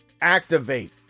activate